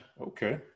okay